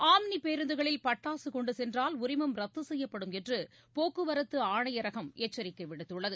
omni பேருந்துகளில் பட்டாசு கொண்டுச் சென்றால் உரிமம் ரத்து செய்யப்படும் என்று போக்குவரத்து ஆணையரகம் எச்சரிக்கை விடுத்துள்ளது